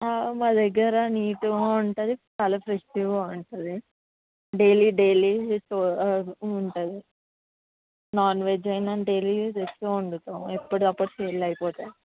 మా దగ్గర నీట్గా ఉంటది చాలా ఫ్రెష్గా ఉంటుంది డైలీ డైలీ ఉంటుంది నాన్వెజ్ అయినా డైలీ తెచ్చే వండుతాము ఎప్పటికప్పుడు సేల్ అయిపోతాయి